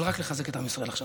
אבל רק לחזק את עם ישראל עכשיו.